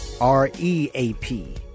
R-E-A-P